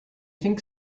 think